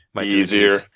Easier